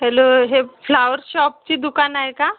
hello हे flower शॉपची दुकान आहे का